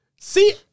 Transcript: See